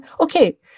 okay